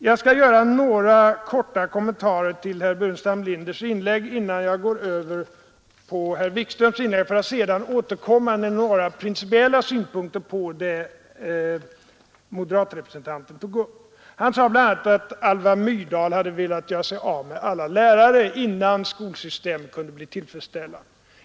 Jag skall göra några korta kommentarer till herr Burenstam Linders inlägg innan jag går över till herr Wikströms anförande för att sedan återkomma med några principiella synpunkter på det som moderatrepresentanten tog upp. Herr Burenstam Linder sade bl.a. att Alva Myrdal hade velat göra sig av med alla lärare innan skolsystemet kunde bli tillfredsställande.